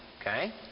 okay